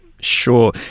Sure